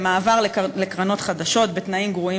למעבר לקרנות חדשות בתנאים גרועים